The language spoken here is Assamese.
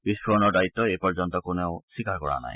বিস্ফোৰণৰ দায়িত্ব এই পৰ্যন্ত কোনেও স্বীকাৰ কৰা নাই